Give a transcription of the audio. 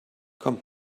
komm